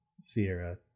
Sierra